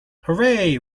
hooray